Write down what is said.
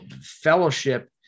fellowship